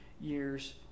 years